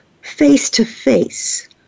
face-to-face